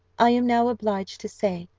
i am now obliged to say,